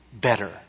better